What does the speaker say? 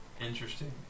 Interesting